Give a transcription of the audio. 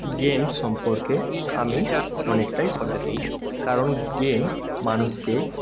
game সম্পর্কে আমি অনেকটাই সচেতন কারণ গেম মানুষকে